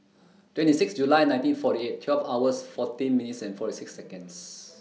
twenty six July nineteen forty eight twelve hours fourteen minutes and forty six Seconds